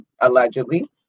allegedly